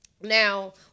now